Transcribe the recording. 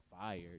fired